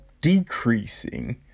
decreasing